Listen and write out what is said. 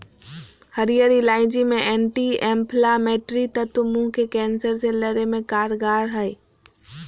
हरीयर इलायची मे एंटी एंफलामेट्री तत्व मुंह के कैंसर से लड़े मे कारगर हई